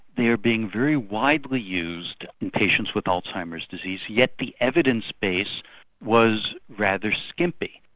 they are being very widely used in patients with alzheimer's disease yet the evidence base was rather skimpy.